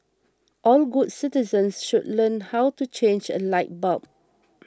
all good citizens should learn how to change a light bulb